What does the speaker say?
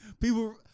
People